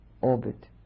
orbit